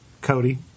Cody